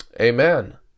Amen